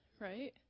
right